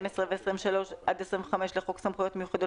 12 ו-23 עד 25 לחוק סמכויות מיוחדות